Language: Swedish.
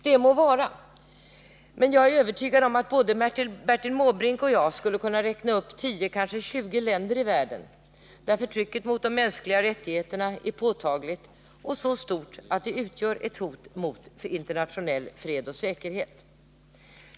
Det må vara, men jag är övertygad om att både Bertil Måbrink och jag skulle kunna räkna upp 10, kanske 20, länder i världen där förtrycket mot de mänskliga rättigheterna är påtagligt och så stort att det utgör ett hot mot internationell fred och säkerhet.